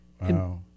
Wow